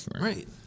right